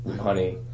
honey